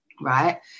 right